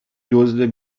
دزد